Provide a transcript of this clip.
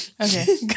Okay